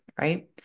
right